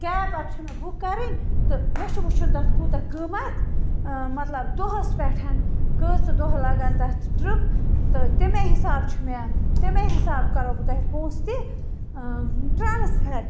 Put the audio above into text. cab اَکھ چھِ مےٚ بُک کَرٕنۍ تہٕ مےٚ چھُ وُچھُن تتھ کوتاہ قیٖمتھ مَطلَب دۄہَس پیٚٹھ کٔژ دۄہ لَگَان تَتھ ٹرٛپ تہٕ تَمے حِساب چھُ مےٚ تَمے حِساب کَرو بہٕ تۄہہِ پۅنٛسہِ تہِ ٹرٛانسفَر